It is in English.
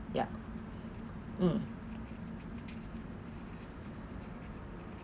yup mm